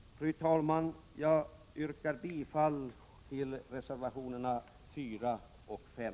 Fru talman! Jag yrkar bifall till reservationerna 4 och 5.